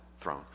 throne